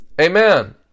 Amen